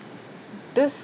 does